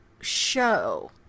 show